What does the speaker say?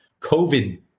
COVID